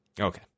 Okay